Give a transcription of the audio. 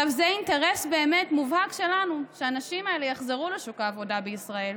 זה אינטרס באמת מובהק שלנו שהאנשים האלה יחזרו לשוק העבודה בישראל.